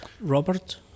Robert